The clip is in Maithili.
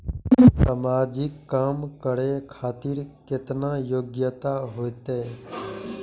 समाजिक काम करें खातिर केतना योग्यता होते?